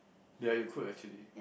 ya you could actually